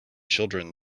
children